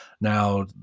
Now